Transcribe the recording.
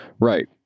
right